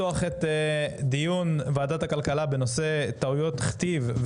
אני שמח לפתוח את דיון ועדת הכלכלה בנושא טעויות כתיב,